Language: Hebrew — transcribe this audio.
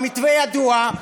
והמתווה ידוע,